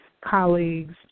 colleagues